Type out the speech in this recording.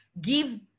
give